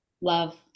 love